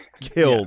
killed